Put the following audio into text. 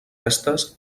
restes